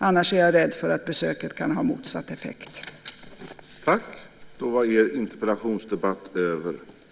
Annars är jag rädd för att besöket kan få motsatt effekt i förhållande till den avsedda.